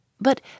but